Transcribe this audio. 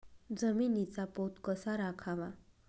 जमिनीचा पोत कसा राखावा?